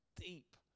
deep